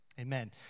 Amen